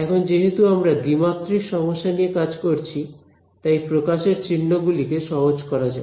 এখন যেহেতু আমরা দ্বিমাত্রিক সমস্যা নিয়ে কাজ করছি তাই প্রকাশের চিহ্ন গুলিকে সহজ করা যাক